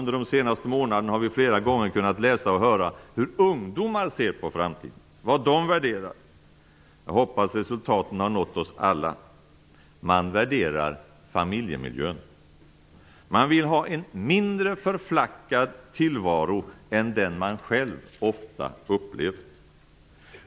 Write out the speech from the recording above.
Under de senaste månaderna har vi flera gånger kunnat läsa och höra hur ungdomar ser på framtiden, vad de värderar. Jag hoppas resultaten har nått oss alla. Man värderar familjemiljön. Man vill ha en mindre förflackad tillvaro än den man själv ofta upplevt.